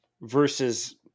versus